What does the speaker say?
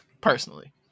Personally